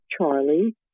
Charlie